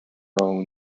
own